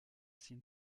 sint